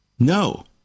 No